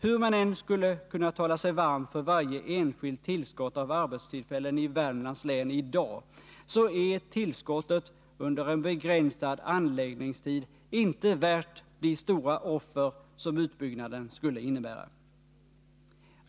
Hur man än skulle kunna tala sig varm för varje enskilt tillskott av arbetstillfällen i Värmlands län i dag, så är tillskottet under en begränsad anläggningstid inte värt de stora offer som utbyggnaden skulle innebära.